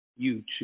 YouTube